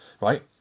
right